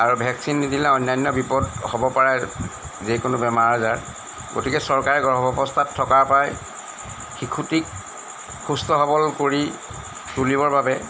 আৰু ভেকচিন নিদিলে অন্যান্য বিপদ হ'ব পাৰে যিকোনো বেমাৰ আজাৰ গতিকে চৰকাৰে গৰ্ভ অৱস্থাত থকাৰ পৰাই শিশুটিক সুস্থ সৱল কৰি তুলিবৰ বাবে